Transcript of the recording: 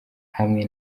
hamwe